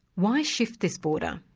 why shift this border?